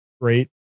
great